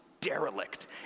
Derelict